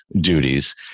duties